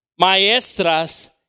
maestras